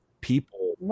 people